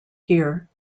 here